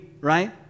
right